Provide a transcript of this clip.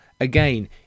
again